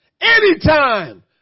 Anytime